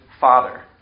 Father